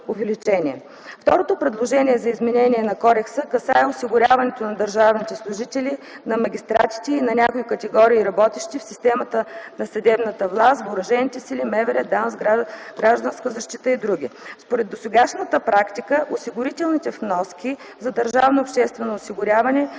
Второто предложение за изменение на Кодекса касае осигуряването на държавните служители, на магистратите и на някои категории работещи в системата на съдебната власт, въоръжените сили, МВР, ДАНС, Гражданска защита и др. Според досегашната практика осигурителните вноски за държавно обществено осигуряване